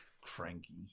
cranky